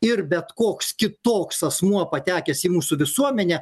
ir bet koks kitoks asmuo patekęs į mūsų visuomenę